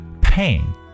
pain